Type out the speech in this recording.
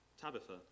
Tabitha